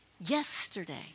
yesterday